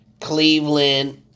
Cleveland